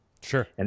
Sure